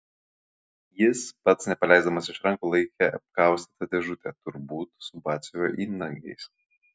jis pats nepaleisdamas iš rankų laikė apkaustytą dėžutę turbūt su batsiuvio įnagiais